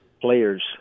players